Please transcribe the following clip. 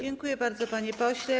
Dziękuję bardzo, panie pośle.